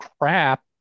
crap